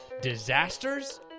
disasters